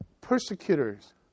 persecutors